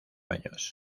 años